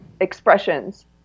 expressions